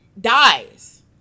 dies